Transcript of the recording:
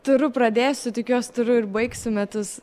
turu pradėsiu tikiuos turu ir baigsiu metus